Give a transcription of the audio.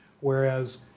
whereas